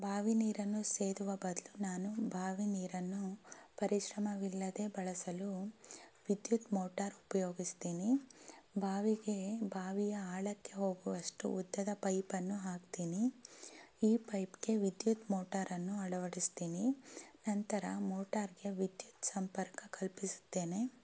ಬಾವಿ ನೀರನ್ನು ಸೇದುವ ಬದಲು ನಾನು ಬಾವಿ ನೀರನ್ನು ಪರಿಶ್ರಮವಿಲ್ಲದೆ ಬಳಸಲು ವಿದ್ಯುತ್ ಮೋಟಾರ್ ಉಪಯೋಗಿಸ್ತೀನಿ ಬಾವಿಗೆ ಬಾವಿಯ ಆಳಕ್ಕೆ ಹೋಗುವಷ್ಟು ಉದ್ದದ ಪೈಪನ್ನು ಹಾಕ್ತೀನಿ ಈ ಪೈಪ್ಗೆ ವಿದ್ಯುತ್ ಮೋಟಾರನ್ನು ಅಳವಡಿಸ್ತೀನಿ ನಂತರ ಮೋಟಾರ್ಗೆ ವಿದ್ಯುತ್ ಸಂಪರ್ಕ ಕಲ್ಪಿಸುತ್ತೇನೆ